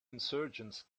insurgents